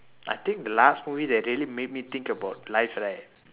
I think the last movie that really made me think about life right